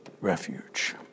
refuge